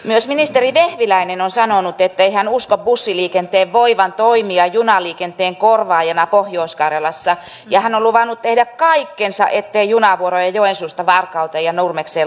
myös ministeri vehviläinen on sanonut ettei hän usko bussiliikenteen voivan toimia junaliikenteen korvaajana pohjois karjalassa ja hän on luvannut tehdä kaikkensa ettei junavuoroja joensuusta varkauteen ja nurmekseen lopeteta